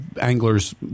anglers